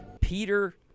Peter